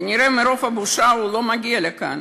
כנראה מרוב בושה הוא לא מגיע לכאן,